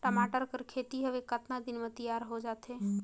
टमाटर कर खेती हवे कतका दिन म तियार हो जाथे?